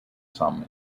some